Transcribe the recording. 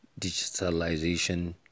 digitalization